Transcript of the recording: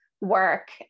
work